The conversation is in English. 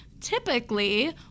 typically